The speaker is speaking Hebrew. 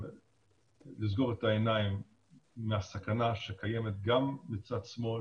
את העיניים מול הסכנה שקיימת גם מצד שמאל